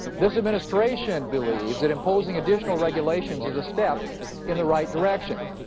this administration believes that imposing additional regulations is a step in the right direction.